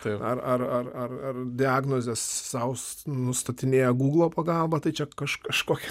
tai ar ar ar ar diagnozes sau nustatinėja guglo pagalba tai čia kažkokia